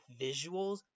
visuals